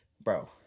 Bro